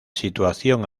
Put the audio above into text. situación